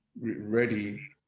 ready